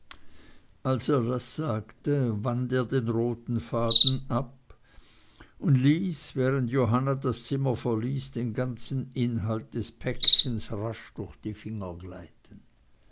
als er das sagte wand er den roten faden ab und ließ während johanna das zimmer verließ den ganzen inhalt des päckchens rasch durch die finger gleiten